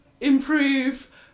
improve